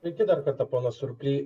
sveiki dar kartą ponas surply